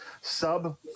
sub